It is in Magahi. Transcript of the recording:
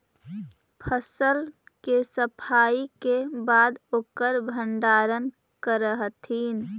फसल के सफाई के बाद ओकर भण्डारण करऽ हथिन